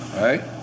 right